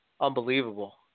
unbelievable